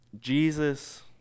Jesus